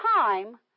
time